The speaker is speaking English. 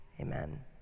amen